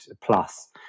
plus